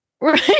Right